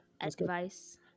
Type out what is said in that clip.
advice